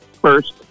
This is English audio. first